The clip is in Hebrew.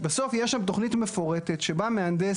בסוף יש שם תכנית מפורטת שבא מהנדס